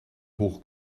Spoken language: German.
hoch